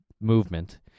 movement